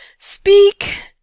speak